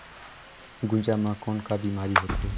गुनजा मा कौन का बीमारी होथे?